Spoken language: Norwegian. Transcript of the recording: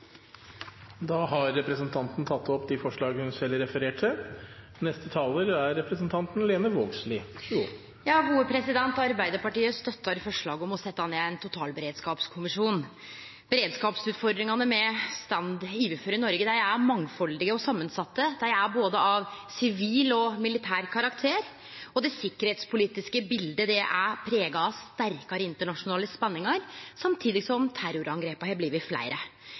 i saka. Representanten Frida Melvær har tatt opp det forslaget hun refererte. Arbeidarpartiet støttar forslaget om å setje ned ein totalberedskapskommisjon. Beredskapsutfordringane me står overfor i Noreg, er mangfaldige og samansette, dei er av både sivil og militær karakter, og det sikkerheitspolitiske biletet er prega av sterkare internasjonale spenningar samtidig som terrorangrepa har blitt fleire.